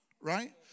Right